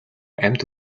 амьд